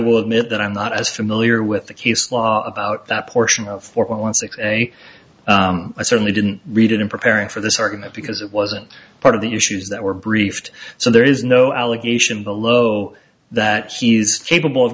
will admit that i'm not as familiar with the case law about that portion of four point one six a i certainly didn't read it in preparing for this argument because it wasn't part of the issues that were briefed so there is no allegation below that she's capable of